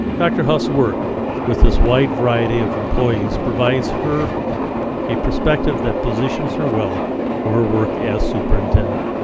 dr. hough's work with this wide variety of employees provides her a perspective that positions her well for her work as superintendent.